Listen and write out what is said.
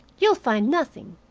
you'll find nothing.